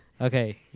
Okay